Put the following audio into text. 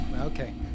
Okay